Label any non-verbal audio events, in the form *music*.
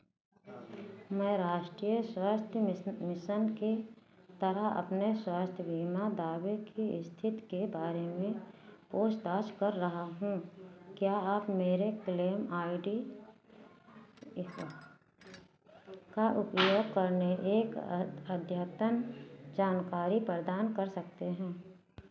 मैं राष्ट्रीय स्वास्थ्य मिसन के तरह अपने स्वास्थ्य बीमा दावे की स्थिति के बारे में पूछताछ कर रहा हूँ क्या आप मेरे क्लेम आई डी *unintelligible* का उपयोग करने एक अद्यतन जानकारी प्रदान कर सकते हैं